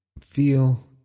feel